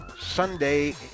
Sunday